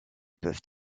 peuvent